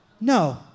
No